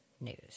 news